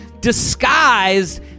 disguised